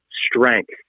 strength